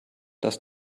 dass